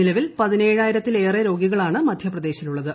നിലവിൽ പ്പതിനേഴായിരത്തിലേറെ രോഗികളാണ് മധ്യപ്രദേശിലുള്ളത്